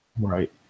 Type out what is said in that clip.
Right